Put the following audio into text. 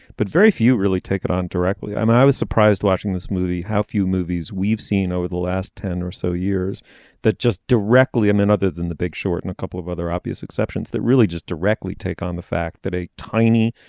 but very few really take it on directly. i mean i was surprised watching this movie. how few movies we've seen over the last ten or so years that just directly i mean other than the big short and a couple of other obvious exceptions that really just directly take on the fact that a tiny